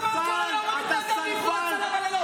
תצטרף להצעת החוק, תפסיקו להכות בהם.